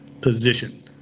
position